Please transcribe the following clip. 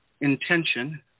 intention